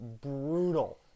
brutal